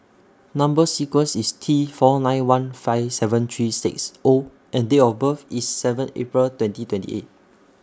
Number sequence IS T four nine one five seven three six O and Date of birth IS seven April twenty twenty eight